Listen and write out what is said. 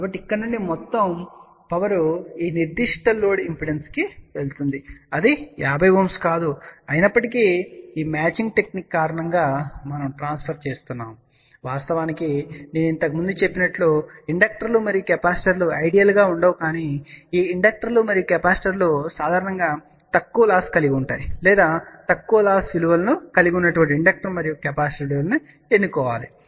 కాబట్టి ఇక్కడ నుండి మొత్తం పవర్ ఈనిర్దిష్ట లోడ్ ఇంపెడెన్స్కు వెళుతుంది అది 50 Ω కాదు అయినప్పటికీ ఈ మ్యాచింగ్ టెక్నిక్ కారణంగా మనం ట్రాన్స్ఫర్ చేస్తున్నాము వాస్తవానికి నేను ఇంతకుముందు చెప్పినట్లుగా ఇండక్టర్లు మరియు కెపాసిటర్లు ఐడియల్ గా ఉండవు కాని ఈ ఇండక్టర్లు మరియు కెపాసిటర్లు సాధారణంగా తక్కువ లాస్ కలిగి ఉన్నాయని లేదా తక్కువ లాస్ విలువలను కలిగి ఉన్న ఇండక్టర్ మరియు కెపాసిటర్ను ఎన్నుకుంటామని నేను పేర్కొన్నాను